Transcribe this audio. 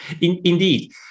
Indeed